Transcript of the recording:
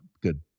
good